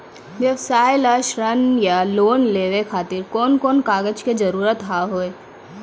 व्यवसाय ला ऋण या लोन लेवे खातिर कौन कौन कागज के जरूरत हाव हाय?